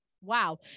wow